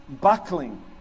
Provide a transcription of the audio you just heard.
buckling